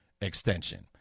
extension